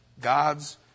God's